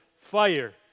fire